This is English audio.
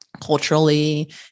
culturally